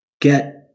Get